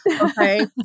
Okay